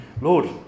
Lord